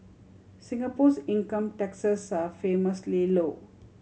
Singapore's income taxes are famously low